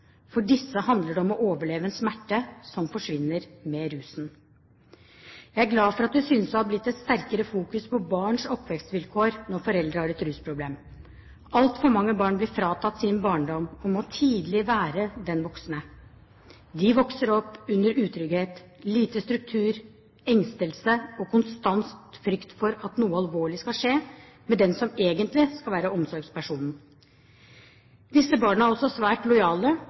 For disse handler det om å overleve en smerte som forsvinner med rusen. Jeg er glad for at det synes å ha blitt et sterkere fokus på barns oppvekstvilkår når foreldre har et rusproblem. Altfor mange barn blir fratatt sin barndom og må tidlig være den voksne. De vokser opp med utrygghet, lite struktur, engstelse og konstant frykt for at noe alvorlig skal skje med den som egentlig skal være omsorgspersonen. Disse barna er også svært lojale